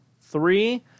three